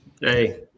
Hey